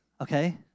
okay